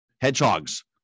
Hedgehogs